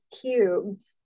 cubes